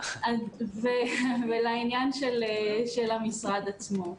לעניין של המשרד עצמו.